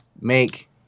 make